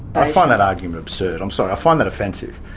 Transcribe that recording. i find that argument absurd, i'm sorry, i find that offensive.